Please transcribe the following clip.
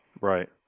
Right